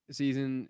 season